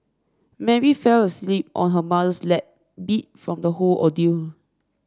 Mary fell asleep on her mother's lap beat from the whole ordeal